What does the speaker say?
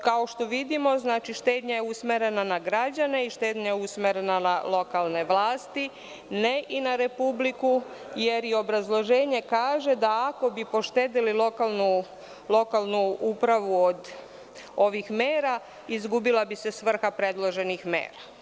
Kao što vidimo, štednja je usmerena na građane, štednja je usmerena na lokalne vlasti, ne i na Republiku, jer obrazloženje kaže – ako bi poštedeli lokalnu upravu od ovih mera, izgubila bi se svrha predloženih mera.